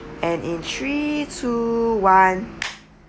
and in three two one